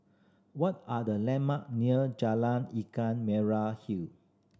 what are the landmark near Jalan Ikan Merah Hill